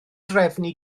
drefnu